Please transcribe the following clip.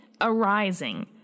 arising